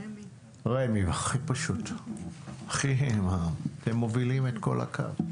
רמ"י, הם מובילים את כל הקו.